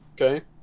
okay